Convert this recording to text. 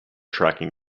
tracking